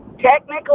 Technically